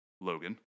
Logan